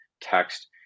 text